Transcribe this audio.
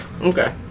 Okay